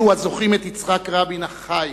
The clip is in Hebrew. לאלה הזוכרים את יצחק רבין החי,